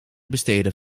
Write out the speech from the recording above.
besteden